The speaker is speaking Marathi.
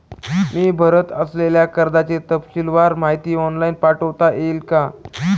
मी भरत असलेल्या कर्जाची तपशीलवार माहिती ऑनलाइन पाठवता येईल का?